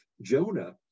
Jonah